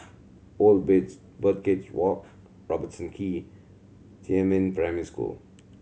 Old Birdcage Walk Robertson Quay Jiemin Primary School